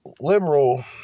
liberal